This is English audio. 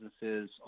businesses